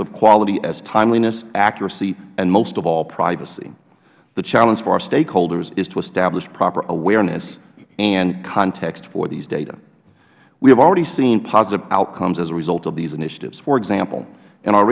of quality as timeliness accuracy and most of all privacy the challenge for our stakeholders is to establish proper awareness and context for these data we have already seen positive outcomes as a result of these initiatives for example